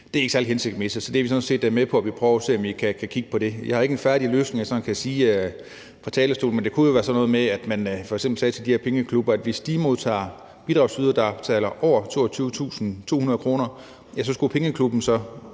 Det er ikke særlig hensigtsmæssigt, så det er vi sådan set med på at vi prøver at se om vi kan kigge på. Jeg har ikke en færdig løsning, jeg sådan kan nævne fra talerstolen, men det kunne jo være sådan noget med, at man f.eks. sagde til de her pengeklubber, at hvis de modtager bidrag fra bidragsydere, der betaler over 22.200 kr., ja, så skal pengeklubben også